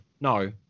no